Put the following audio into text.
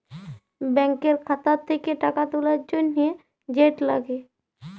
ব্যাংকের খাতা থ্যাকে টাকা তুলার জ্যনহে যেট লাগে